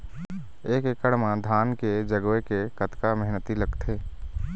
एक एकड़ म धान के जगोए के कतका मेहनती लगथे?